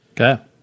Okay